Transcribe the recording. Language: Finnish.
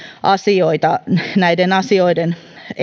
asioita näiden asioiden